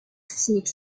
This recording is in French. cynique